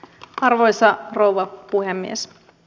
arvoisa rouva puhemies